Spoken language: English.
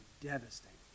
devastating